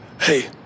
Hey